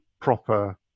proper